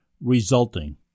resulting